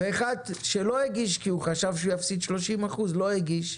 ואחד שלא הגיש כי הוא חשב שהוא יפסיד 30% לא הגיש.